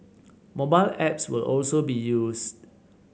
mobile apps will also be used